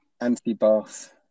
anti-Bath